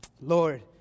Lord